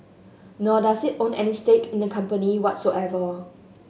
nor does it own any stake in the company whatsoever